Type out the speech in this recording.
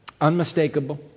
Unmistakable